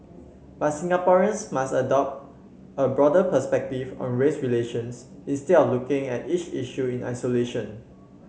but Singaporeans must adopt a broader perspective on race relations instead of looking at each issue in isolation